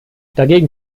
dagegen